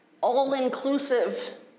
all-inclusive